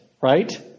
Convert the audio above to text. right